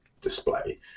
display